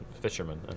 fishermen